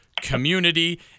community